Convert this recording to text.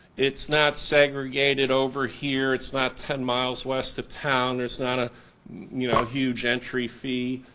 it's not segregated over here, it's not ten miles west of town, there's not a you know huge entry fee,